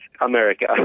America